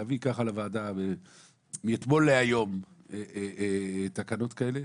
להביא ככה לוועדה מאתמול להיום תקנות כאלה,